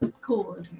Cool